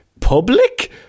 public